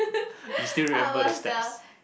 you still remember the steps